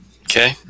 Okay